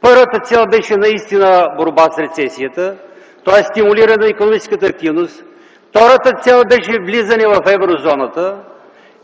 Първата цел наистина беше – борба с рецесията, тоест стимулиране на икономическата активност. Втората цел беше влизане в еврозоната,